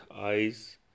eyes